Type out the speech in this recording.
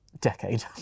Decade